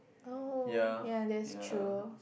oh ya that's true